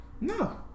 No